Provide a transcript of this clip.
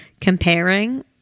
comparing